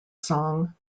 song